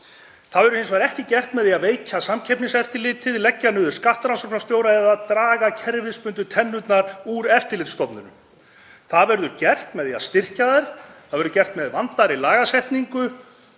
Það verður hins vegar ekki gert með því að veikja Samkeppniseftirlitið, leggja niður skattrannsóknarstjóra eða draga kerfisbundið tennurnar úr eftirlitsstofnunum. Það verður gert með því að styrkja þær. Það verður gert með vandaðri lagasetningu